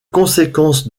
conséquence